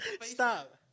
Stop